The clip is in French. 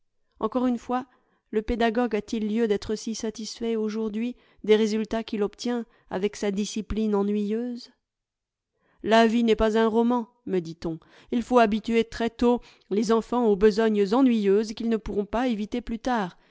encore une fois le pédagogue a-t-il lieu d'être si satisfait aujourd'hui des résultats qu'il obtient avec sa discipline ennuyeuse la vie n'est pas un roman me dit-on il faut habituer très tôt les enfants aux besognes ennuyeuses quils ne pourront pas éviter plus tard